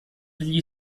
gli